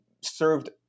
served